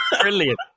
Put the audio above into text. brilliant